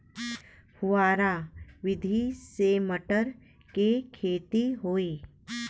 फुहरा विधि से मटर के खेती होई